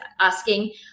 asking